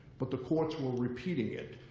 but the courts were repeating it.